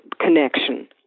connection